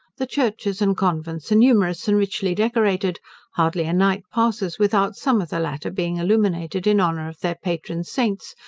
the churches and convents are numerous, and richly decorated hardly a night passes without some of the latter being illuminated in honour of their patron saints,